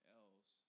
else